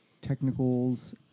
technicals